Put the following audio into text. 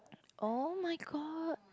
oh-my-god